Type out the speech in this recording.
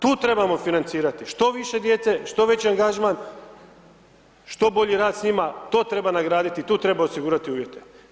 Tu trebamo financirati, što više djece, što veći angažman, što bolji rad s njima to treba nagraditi i tu treba osigurati uvjete.